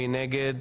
מי נגד?